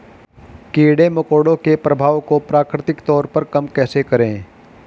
कीड़े मकोड़ों के प्रभाव को प्राकृतिक तौर पर कम कैसे करें?